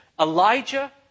Elijah